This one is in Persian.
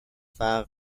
فقر